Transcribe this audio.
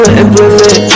implement